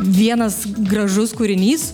vienas gražus kūrinys